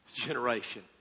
generation